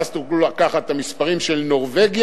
ואז תוכלו לקחת את המספרים של נורבגיה,